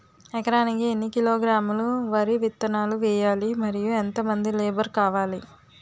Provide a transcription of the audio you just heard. ఎకరానికి ఎన్ని కిలోగ్రాములు వరి విత్తనాలు వేయాలి? మరియు ఎంత మంది లేబర్ కావాలి?